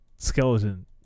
Skeleton